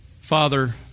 Father